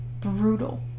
brutal